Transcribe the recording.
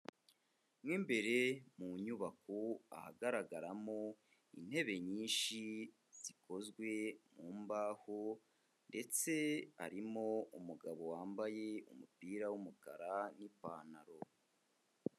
Mo imbere mu nyubako ahagaragaramo intebe nyinshi zikozwe mu mbaho ndetse harimo umugabo wambaye umupira w'umukara n'ipantaro.